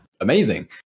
amazing